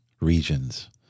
regions